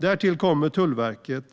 Därtill kommer Tullverket